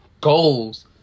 goals